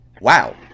wow